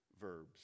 verbs